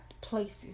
Places